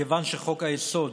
מכיוון שחוק-היסוד